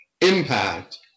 Impact